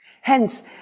Hence